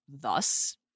thus